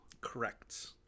Correct